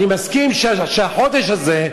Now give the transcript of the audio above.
אני מסכים שהחודש הזה,